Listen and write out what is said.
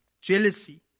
jealousy